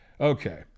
Okay